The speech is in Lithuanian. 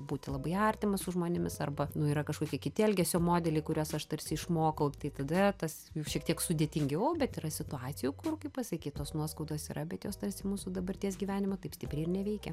būti labai artimas su žmonėmis arba nu yra kažkokie kiti elgesio modeliai kuriuos aš tarsi išmokau tai tada tas jau šiek tiek sudėtingiau bet yra situacijų kur pasakytos nuoskaudos yra bet jos tarsi mūsų dabarties gyvenimo taip stipriai ir neveikia